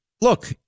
Look